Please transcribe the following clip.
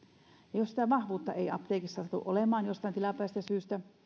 niin jos sitä vahvuutta ei apteekissa satu olemaan jostain tilapäisestä syystä